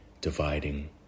dividing